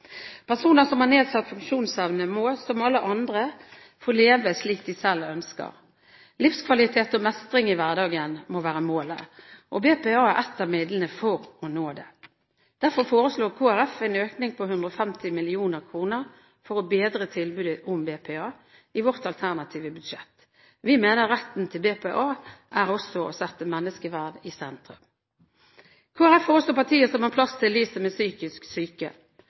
Personer som har nedsatt funksjonsevne må, som alle andre, få leve slik de selv ønsker. Livskvalitet og mestring i hverdagen må være målet, og BPA er et av midlene for å nå det. Derfor foreslår Kristelig Folkeparti en økning på 150 mill. kr for å bedre tilbudet om BPA i vårt alternative budsjett. Vi mener retten til BPA også er å sette menneskeverd i sentrum. Kristelig Folkeparti er også partiet som har plass til dem som er psykisk syke.